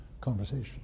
conversation